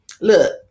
Look